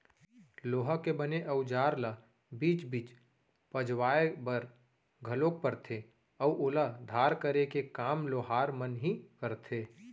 लोहा के बने अउजार ल बीच बीच पजवाय बर घलोक परथे अउ ओला धार करे के काम लोहार मन ही करथे